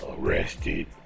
arrested